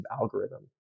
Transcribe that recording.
algorithm